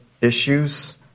issues